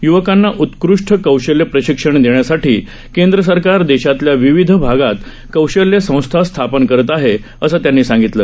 युवकांना उत्कृष् कौशल्य प्रशिक्षण देण्यासाठी केंद्र सरकार देशातल्या विविध भागात कौशल्य संस्था स्थापन करत आहे असं त्यांनी सांगितलं